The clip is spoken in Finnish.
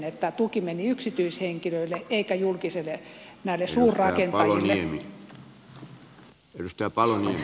tämä tuki meni yksityishenkilöille eikä näille suurraken tajille